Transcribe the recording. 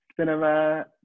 cinema